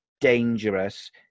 dangerous